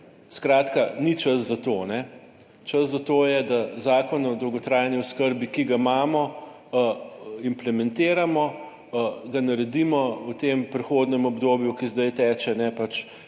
Skratka, ni čas za to. Čas za to je, da Zakon o dolgotrajni oskrbi, ki ga imamo implementiramo ga, naredimo v tem prehodnem obdobju, ki zdaj teče